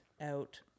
out